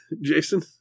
Jason